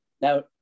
Now